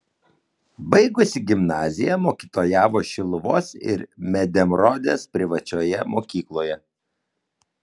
baigusi gimnaziją mokytojavo šiluvos ir medemrodės privačioje mokykloje